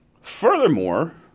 Furthermore